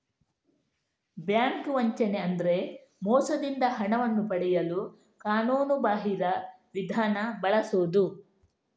bank ವಂಚನೆ ಅಂದ್ರೆ ಮೋಸದಿಂದ ಹಣವನ್ನು ಪಡೆಯಲು ಕಾನೂನುಬಾಹಿರ ವಿಧಾನ ಬಳಸುದು